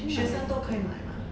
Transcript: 学生都可以买嘛